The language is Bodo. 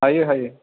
हायो हायो